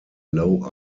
low